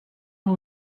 who